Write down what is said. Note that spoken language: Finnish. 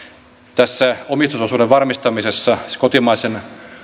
tässä omistusosuuden varmistamisessa siis kotimaisen